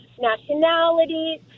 nationalities